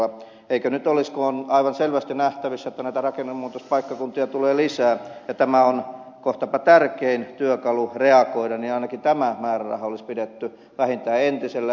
eikö nyt olisi paikallaan että kun on aivan selvästi nähtävissä että näitä rakennemuutospaikkakuntia tulee lisää ja tämä on kohtapa tärkein työkalu reagoida niin ainakin tämä määräraha olisi pidetty vähintään entisellään